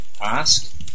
ask